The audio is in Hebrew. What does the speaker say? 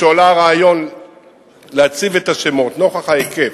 משהועלה הרעיון להציב את השמות נוכח ההיקף,